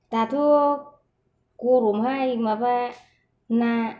दाथ' गरमहाय माबा ना